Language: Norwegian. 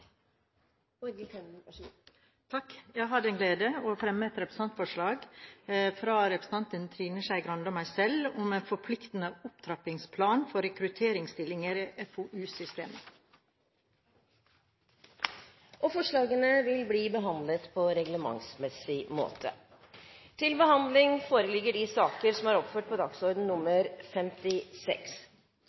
Jeg har den glede å fremme et representantforslag fra representantene Trine Skei Grande og meg selv om en forpliktende opptrappingsplan for nye rekrutteringsstillinger i FoU-systemet. Forslagene vil bli behandlet på reglementsmessig